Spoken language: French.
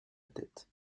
tête